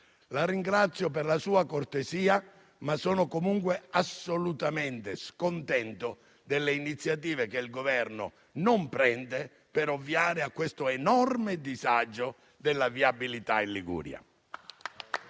La ringrazio per la sua cortesia, ma sono comunque assolutamente scontento delle iniziative che il Governo non prende per ovviare all'enorme disagio della viabilità in Liguria.